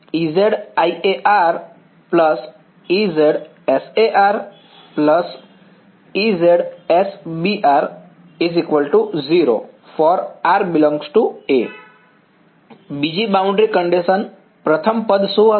Ez iA Ez sA Ez sB 0 for r ∈ A બીજી boundary condition પ્રથમ પદ શું હશે